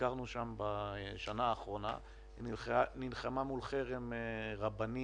ביקרנו שם בשנה האחרונה מול חרם רבני